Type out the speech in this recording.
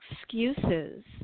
excuses